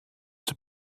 have